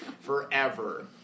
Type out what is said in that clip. Forever